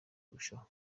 kurushaho